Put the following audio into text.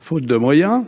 faute de moyens,